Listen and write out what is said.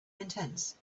intense